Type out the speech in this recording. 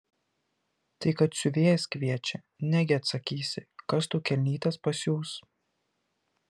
tai kad siuvėjas kviečia negi atsakysi kas tau kelnytes pasiūs